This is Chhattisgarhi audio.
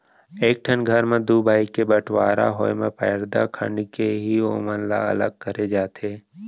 एक ठन घर म दू भाई के बँटवारा होय म परदा खंड़ के ही ओमन ल अलग करे जाथे